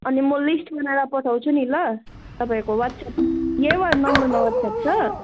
अनि म लिस्ट बनाएर पठाउँछु नि ल तपाईँको वाट्सएप यही नम्बरमा वाट्सएप छ